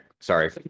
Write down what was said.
sorry